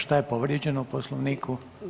Šta je povrijeđeno u Poslovniku?